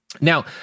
Now